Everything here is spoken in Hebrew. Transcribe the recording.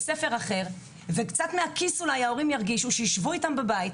ספר אחר וההורים שלהם קצת ירגישו בכיס כשהם יישבו איתם בבית.